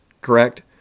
correct